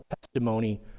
testimony